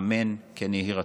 אמן, כן יהיה רצון".